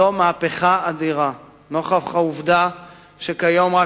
זו מהפכה אדירה נוכח העובדה שכיום רק